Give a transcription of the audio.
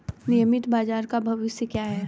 नियमित बाजार का भविष्य क्या है?